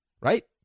Right